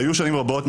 היו שנים רבות,